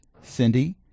Cindy